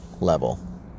level